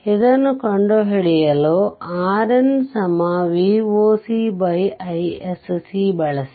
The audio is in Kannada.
ಇದನ್ನು ಕಂಡುಹಿಡಿಯಲು RN Vocisc ಬಳಸಿ